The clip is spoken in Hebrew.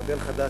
מודל חדש,